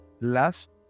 last